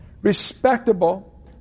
respectable